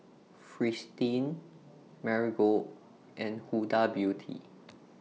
Fristine Marigold and Huda Beauty